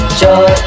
joy